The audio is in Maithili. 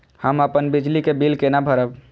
हम अपन बिजली के बिल केना भरब?